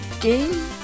game